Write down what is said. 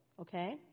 okay